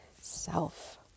self